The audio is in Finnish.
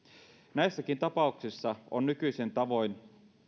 näissäkin tapauksissa on nykyisen tavoin